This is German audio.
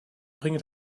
bringe